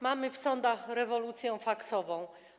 Mamy w sądach rewolucję faksową.